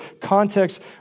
context